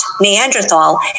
Neanderthal